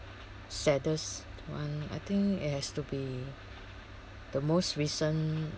saddest one I think it has to be the most recent